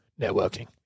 networking